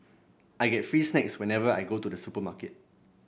I get free snacks whenever I go to the supermarket